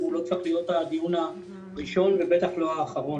הוא לא צריך להיות הדיון הראשון ובטח לא האחרון.